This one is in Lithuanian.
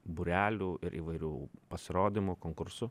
būrelių ir įvairių pasirodymų konkursų